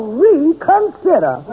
reconsider